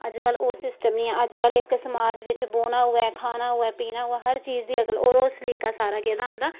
अजकल्ल ओह् सिस्टम निं ऐ अजकल्ल इक समाज बिच्च बौह्ना होऐ खाना होऐ पीना होऐ हर चीज दी अकल होर ओह् सलीका सारा कैह्दा औंदा